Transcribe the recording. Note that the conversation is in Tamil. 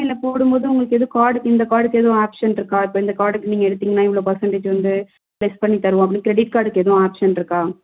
இல்லை போடும்போது உங்களுக்கு எதுவும் கார்டு இந்த கார்டுக்கு ஏதுவும் ஆப்ஷன் இருக்கா இப்போ இந்த கார்டுக்கு நீக்க எடுத்தீங்கன்னா இவ்வளோ பர்சண்டேஜ் வந்து லெஸ் பண்ணித்தருவோம் அப்படின்னு க்ரெடிட் கார்டுக்கு எதுவும் ஆப்ஷன் இருக்கா